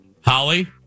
Holly